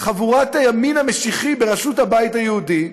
חבורת הימין המשיחי בראשות הבית היהודי,